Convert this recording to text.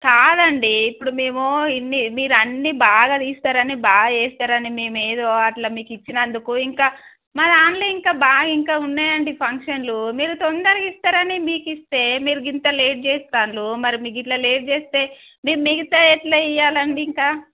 కాదండి ఇప్పుడు మేము ఇన్ని మీరు అన్నీ బాగా తీస్తారని బాగా చేస్తారని మేమ ఏదో అట్లా మీకు ఇచ్చినందుకు ఇంకా మా ద దాంట్లో ఇంకా బాగా ఇంకా ఉన్నాయండి ఫంక్షన్లు మీరు తొందరగా ఇస్తారని మీకి ఇస్తే మీరు ఇంత లేట్ చేస్తారు మరి మీ ఇట్లా లేట్ చేేస్తే మీరు మిగతా ఎట్లా ఇవ్వాలండి ఇంకా